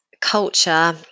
culture